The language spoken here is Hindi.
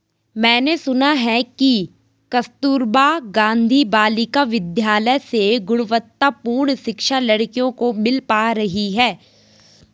मैंने सुना है कि कस्तूरबा गांधी बालिका विद्यालय से गुणवत्तापूर्ण शिक्षा लड़कियों को मिल पा रही है